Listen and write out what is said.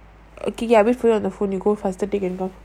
okay kay kay I wait for you on the phone you go faster take and go